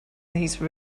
these